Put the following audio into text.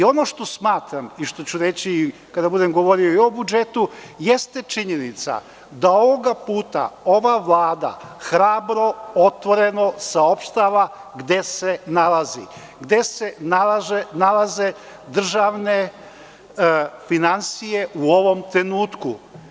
Ono što smatram i što ću reći kada budem govorio o budžetu jeste činjenica da ovoga puta ova vlada hrabro, otvoreno saopštava gde se nalazi, gde se nalaze državne finansije u ovom trenutku.